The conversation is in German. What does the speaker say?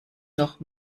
noch